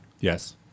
Yes